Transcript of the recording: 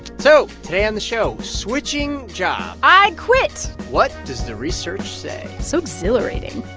so today on the show, switching jobs i quit what does the research say? so exhilarating